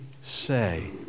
say